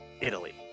Italy